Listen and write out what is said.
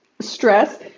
stress